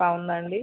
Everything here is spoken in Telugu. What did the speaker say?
బాగుందా అండి